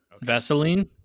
Vaseline